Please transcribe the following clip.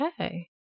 Okay